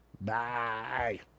Bye